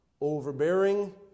overbearing